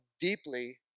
deeply